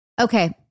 Okay